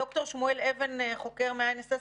ד"ר שמואל אבן, חוקר מה-INSS,